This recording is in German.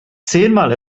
zehnmal